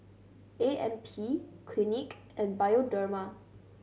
A M P Clinique and Bioderma